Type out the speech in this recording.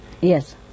Yes